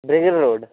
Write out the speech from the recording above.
brigade road